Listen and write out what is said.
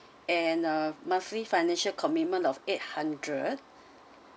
and uh monthly financial commitment of eight hundred